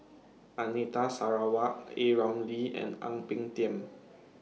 Anita Sarawak A Ramli and Ang Peng Tiam